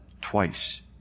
twice